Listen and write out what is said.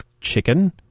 chicken